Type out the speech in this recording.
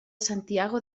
santiago